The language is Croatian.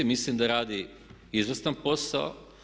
Mislim da radi izvrstan posao.